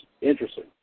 Interesting